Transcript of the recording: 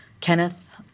Kenneth